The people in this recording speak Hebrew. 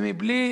ומבלי